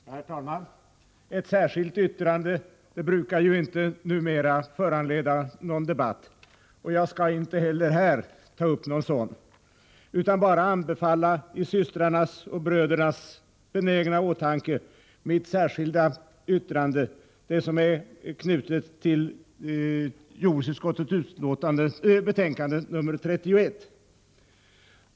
Herr talman! Ett särskilt yttrande brukar ju numera inte föranleda någon debatt. Jag skall inte heller ta upp någon sådan nu utan bara anbefalla till systrarnas och brödernas benägna åtanke mitt särskilda yttrande som är knutet till jordbruksutskottets betänkande 31.